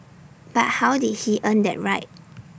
but how did he earn that right